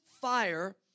fire